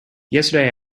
yesterday